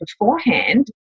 beforehand